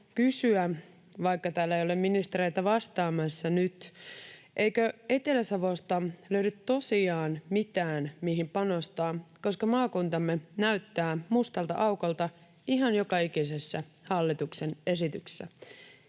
vaikka täällä ei ole ministereitä vastaamassa nyt — eikö Etelä-Savosta löydy tosiaan mitään, mihin panostaa, koska maakuntamme näyttää mustalta aukolta ihan joka ikisessä hallituksen esityksessä,